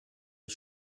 ich